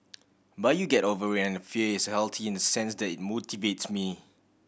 but you get over it and the fear is healthy in the sense that it motivates me